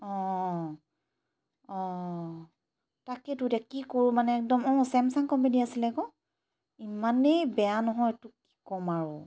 অঁ অঁ তাকেতো এতিয়া কি কৰোঁ মানে একদম অঁ চেমচাং কোম্পানী আছিলে আকৌ ইমানেই বেয়া নহয় তোক কি ক'ম আৰু